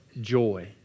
joy